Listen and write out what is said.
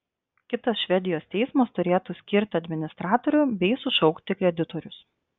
kitas švedijos teismas turėtų skirti administratorių bei sušaukti kreditorius